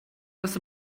das